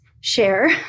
share